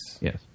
Yes